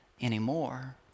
anymore